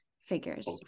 figures